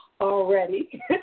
already